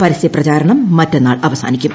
പരസ്യപ്രചാരണം മറ്റെന്നാൾ അവസാനിക്കും